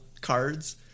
cards